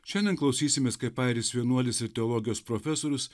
šiandien klausysimės kaip airis vienuolis ir teologijos profesorius